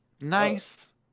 Nice